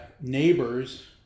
neighbors